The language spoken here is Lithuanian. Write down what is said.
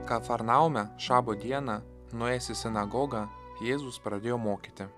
kafarnaume šabo dieną nuėjęs į sinagogą jėzus pradėjo mokyti